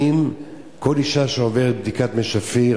האם כל אשה שעוברת בדיקת מי שפיר,